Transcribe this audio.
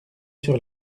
sur